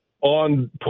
on